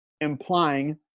Implying